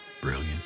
Brilliant